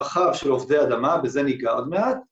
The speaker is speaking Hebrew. ‫בחר של עובדי אדמה, ‫בזה ניגע עוד מעט.